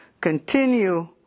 continue